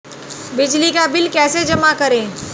बिजली का बिल कैसे जमा करें?